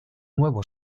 nuevo